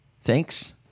thanks